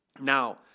Now